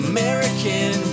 American